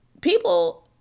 People